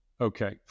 Okay